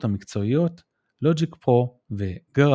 המקצועיות Logic Pro ו-GarageBand.